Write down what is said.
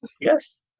Yes